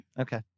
Okay